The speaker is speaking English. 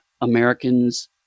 Americans